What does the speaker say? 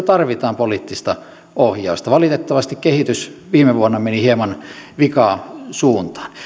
tarvitaan poliittista ohjausta valitettavasti kehitys viime vuonna meni hieman vikasuuntaan